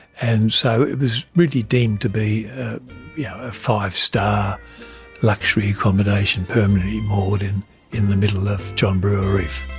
and so it was really deemed to be yeah a five-star luxury accommodation permanently moored in in the middle of john brewer reef.